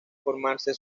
formarse